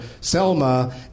Selma